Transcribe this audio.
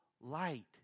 light